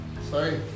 sorry